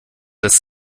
das